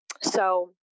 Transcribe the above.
So-